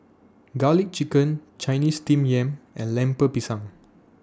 Garlic Chicken Chinese Steamed Yam and Lemper Pisang